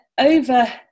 over